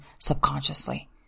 subconsciously